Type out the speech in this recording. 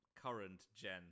current-gen